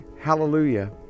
hallelujah